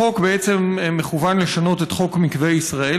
החוק בעצם מכוון לשנות את חוק מקווה ישראל,